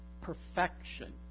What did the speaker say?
Perfection